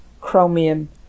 chromium